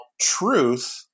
truth